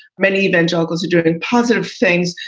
many evangelicals are doing positive things.